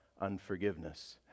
unforgiveness